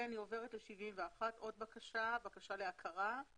אני עוברת לסעיף 71, עוד בקשה, "בקשה להכרה.